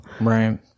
Right